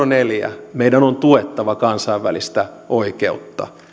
neljä meidän on tuettava kansainvälistä oikeutta